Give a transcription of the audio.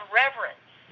reverence